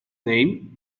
name